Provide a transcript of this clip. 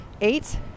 eight